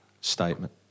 statement